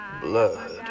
blood